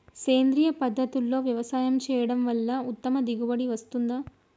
సేంద్రీయ పద్ధతుల్లో వ్యవసాయం చేయడం వల్ల ఉత్తమ దిగుబడి వస్తుందా?